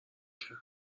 کرد